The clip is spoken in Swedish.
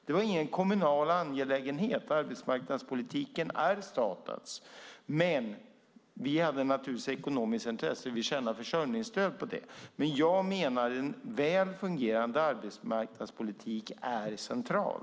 Det var ingen kommunal angelägenhet, för arbetsmarknadspolitiken är statens, men vi hade naturligtvis ett ekonomiskt intresse av det. Vi tjänade försörjningsstöd på det, men jag menar att en väl fungerande arbetsmarknadspolitik är central.